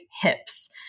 hips